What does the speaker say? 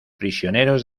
prisioneros